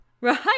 right